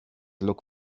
look